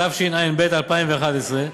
התשע"ב 2011,